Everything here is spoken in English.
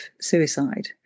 suicide